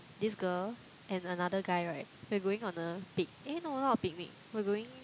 this girl and another guy right we're going on a pic~ eh no not picnic we're going